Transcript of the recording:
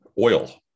oil